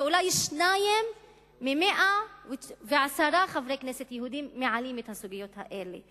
ואולי יש שניים מתוך 110 חברי כנסת יהודים שמעלים את הסוגיות האלה?